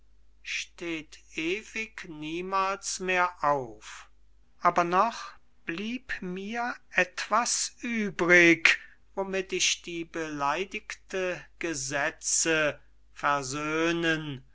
steht ewig niemals mehr auf aber noch blieb mir etwas übrig womit ich die beleidigten gesetze versöhnen